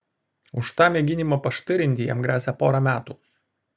už tą mėginimą paštirinti jam gresia pora metų